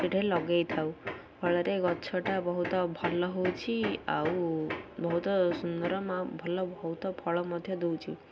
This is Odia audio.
ସେଠେ ଲଗେଇଥାଉ ଫଳରେ ଗଛଟା ବହୁତ ଭଲ ହଉଛି ଆଉ ବହୁତ ସୁନ୍ଦର ମା ଭଲ ବହୁତ ଫଳ ମଧ୍ୟ ଦଉଛି